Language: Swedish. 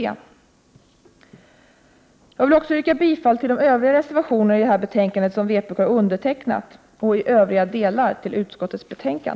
Med detta vill jag yrka bifall till alla reservationer som vpk har undertecknat och i övrigt till utskottets hemställan.